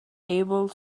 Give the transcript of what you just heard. able